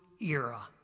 era